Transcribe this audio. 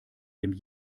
dem